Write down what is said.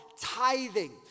tithing